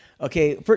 Okay